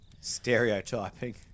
Stereotyping